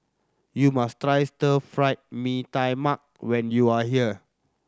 you must try Stir Fry Mee Tai Mak when you are here